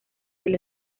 del